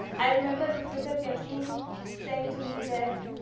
i remembered professor kathryn saying to me that